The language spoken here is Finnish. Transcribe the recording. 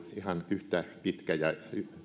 yhtä pitkä ja